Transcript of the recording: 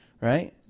right